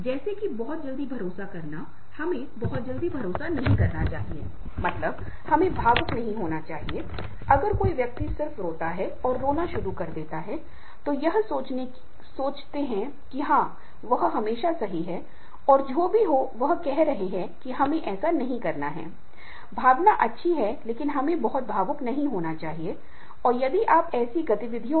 जैसा कि मैंने पहले उदाहरण में बताया था मैं काम में व्यस्त रहते हुए अध्ययन के साथ दोस्तों और वगैरह के साथ क्वालिटी टाइम बिता सकता हूं